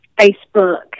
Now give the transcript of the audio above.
Facebook